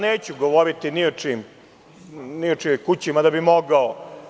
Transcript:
Neću govoriti ni o čijoj kući, mada bih mogao.